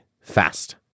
fast